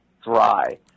dry